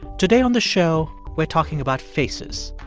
today on the show, we're talking about faces.